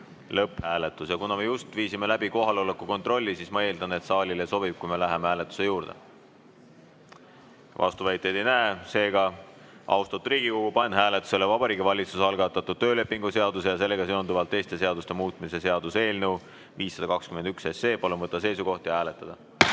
lõpphääletus. Ja kuna me just viisime läbi kohaloleku kontrolli, siis ma eeldan, et saalile sobib, kui me läheme hääletuse juurde. Vastuväiteid ei näe. Seega, austatud Riigikogu, panen hääletusele Vabariigi Valitsuse algatatud töölepingu seaduse ja sellega seonduvalt teiste seaduste muutmise seaduse eelnõu 521. Palun võtta seisukoht ja hääletada!